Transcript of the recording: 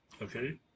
Okay